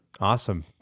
Awesome